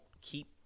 keep